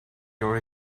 your